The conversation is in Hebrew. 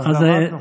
אז למדנו.